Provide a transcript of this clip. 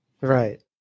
Right